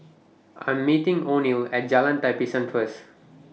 I Am meeting Oneal At Jalan Tapisan First